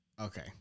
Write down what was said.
Okay